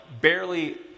barely